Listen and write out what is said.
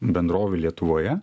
bendrovių lietuvoje